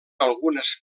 algunes